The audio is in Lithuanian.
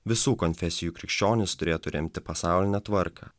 visų konfesijų krikščionys turėtų remti pasaulinę tvarką